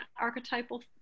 archetypal